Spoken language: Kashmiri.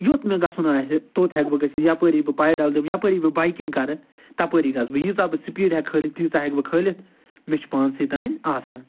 یوٚت مےٚ گژھُن آسہِ توٚت ہٮ۪کہٕ بہٕ گٔژھِتھ یَپٲرۍ بہٕ پایڈَل دِمہٕ یَپٲری بہٕ بایکِنٛگ کَرٕ تَپٲری گژھٕ بہٕ ییٖژاہ بہٕ سِپیٖڈ ہٮ۪کہٕ کھٲلِتھ تیٖژاہ ہٮ۪کہٕ بہٕ کھٲلِتھ مےٚ چھِ پانسٕے تانۍ آسان